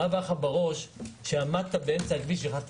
מה עבר לו בראש כשהוא עמד באמצע הכביש והחליף גלגל?